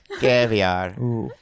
caviar